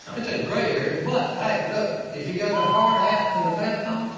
it's a gray area, but, hey, look, if you got the hard hat and the vest on,